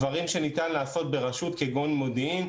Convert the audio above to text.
דברים שניתן לעשות ברשות כגון מודיעין,